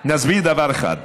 נסביר דבר אחד: